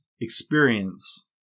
experience